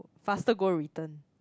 faster go return